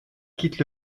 quitte